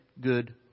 good